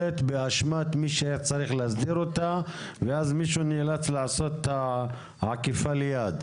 באשמת מי שהיה צריך להסדיר אותה ואז מישהו נאלץ לעשות עקיפה ליד.